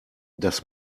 das